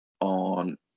on